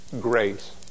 grace